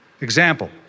Example